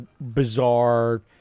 bizarre